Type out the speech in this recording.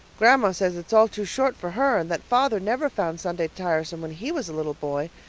grandma says it's all too short for her and that father never found sundays tiresome when he was a little boy.